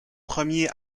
premiers